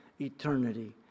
eternity